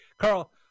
Carl